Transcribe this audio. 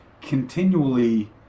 continually